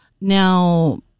Now